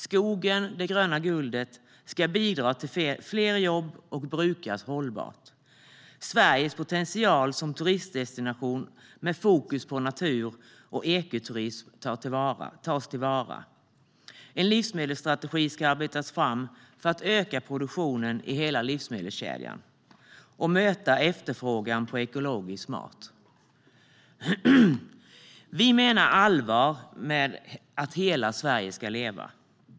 Skogen - det gröna guldet - ska bidra till fler jobb och brukas hållbart. - Sveriges potential som turistdestination med fokus på natur och ekoturism tas tillvara. En livsmedelsstrategi arbetas fram för att öka produktionen i hela livsmedelskedjan och möta efterfrågan på ekologisk mat." Vi menar allvar med att hela Sverige ska leva.